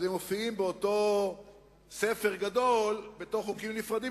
אז הם מופיעים באותו ספר גדול בתור חוקים נפרדים,